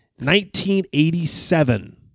1987